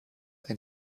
ein